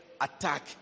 attack